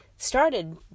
started